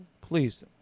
Please